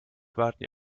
warten